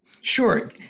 Sure